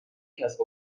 کسب